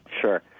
Sure